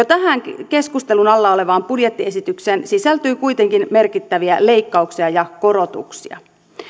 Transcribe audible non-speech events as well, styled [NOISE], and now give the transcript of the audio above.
[UNINTELLIGIBLE] tähän keskustelun alla olevaan budjettiesitykseen sisältyy kuitenkin merkittäviä leikkauksia ja korotuksia